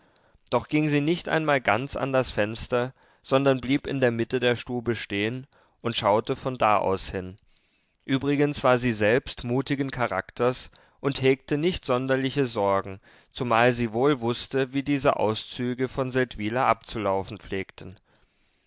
doch ging sie nicht einmal ganz an das fenster sondern blieb in der mitte der stube stehen und schaute von da aus hin übrigens war sie selbst mutigen charakters und hegte nicht sonderliche sorgen zumal sie wohl wußte wie diese auszüge von seldwyla abzulaufen pflegten